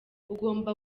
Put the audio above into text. ugomba